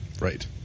right